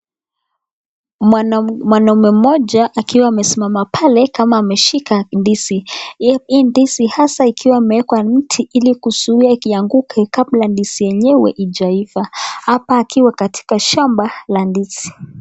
Mwanaume mmoja akiwa amesimama pale, kama ameshika ndisi, hii ndisi ikiwa imeekwa mti ili kusuia ikianguka kabla ndisi yenyewe hijaiva, hapa akiwa katika shamba, la ndizi.